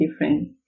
different